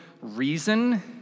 reason